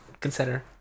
consider